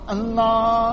Allah